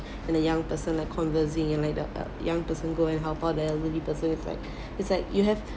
and a young person like conversing you know like the uh young person go and help up the elderly person it's like it's like you have